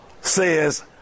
says